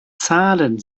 zahlen